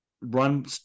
run